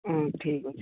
ହଁ ଠିକ୍ ଅଛି